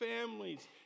families